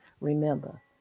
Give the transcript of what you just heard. Remember